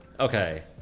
Okay